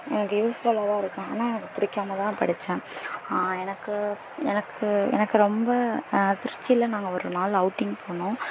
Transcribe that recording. எனக்கு யூஸ்ஃபுல்லாக தான் இருக்குது ஆனால் எனக்கு பிடிக்காம தான் படித்தேன் எனக்கு எனக்கு எனக்கு ரொம்ப திருச்சியில் நாங்கள் ஒரு நாள் அவுட்டிங் போனோம்